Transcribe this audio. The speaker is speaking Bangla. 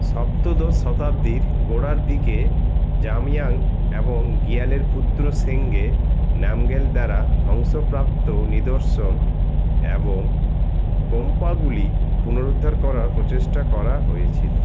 সপ্তদশ শতাব্দীর গোড়ার দিকে জামইয়াং এবং গিয়ানের পুত্র সেঙ্গে নামগ্যাল দ্বারা ধ্বংসপ্রাপ্ত নিদর্শন এবং গোম্পাগুলি পুনরুদ্ধার করার প্রচেষ্টা করা হয়েছিল